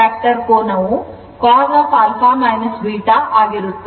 ಆದ್ದರಿಂದ power factor ಕೋನವು cos α β ಆಗಿರುತ್ತದೆ